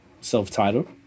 self-titled